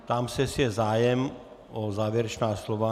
Ptám se, jestli je zájem o závěrečná slova.